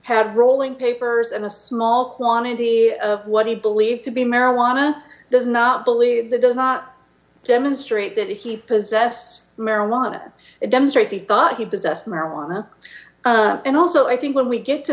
had rolling papers and a small quantity of what he believed to be marijuana does not believe that does not demonstrate that he possessed marijuana demonstrated thought he was just marijuana and also i think when we get to